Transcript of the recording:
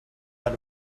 out